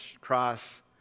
cross